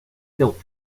built